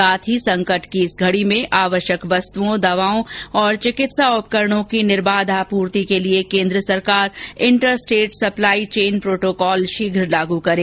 साथ ही संकट की इस घड़ी में आवश्यक व्सतुओं दवाओं और चिकित्सा उपकरणों की निर्बाध आपूर्ति के लिए केन्द्र सरकार inter state supply chain protocol शीघ्र लागू करें